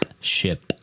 ship